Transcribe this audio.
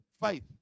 faith